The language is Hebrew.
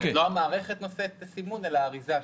לא המערכת נושאת את הסימון אלא האריזה שלה.